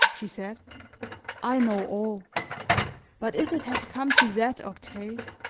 she said i know all but if it has come to that, octave,